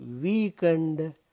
weakened